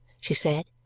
she said,